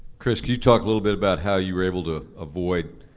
chris, could you talk a little bit about how you were able to avoid,